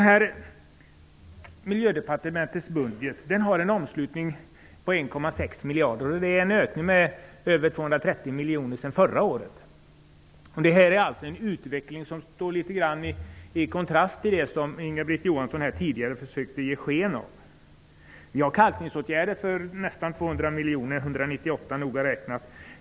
Miljödepartementets budget har en omslutning på 1,6 miljarder. Det är en ökning med över 230 miljoner sedan förra året. Det är alltså en utveckling som står i kontrast till det Inga-Britt Johansson tidigare försökte ge sken av. Vi gör kalkningsåtgärder för nästan 200 miljoner -- 198 miljoner noga räknat.